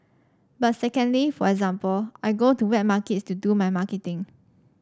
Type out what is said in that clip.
but secondly for example I go to wet markets to do my marketing